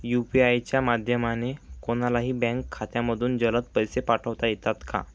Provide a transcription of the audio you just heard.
UPI च्या माध्यमाने कोणलाही बँक खात्यामधून जलद पैसे पाठवता येतात का?